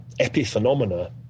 epiphenomena